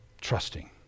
trusting